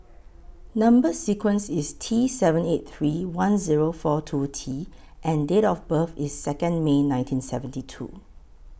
Number sequence IS T seven eight three one Zero four two T and Date of birth IS Second May nineteen seventy two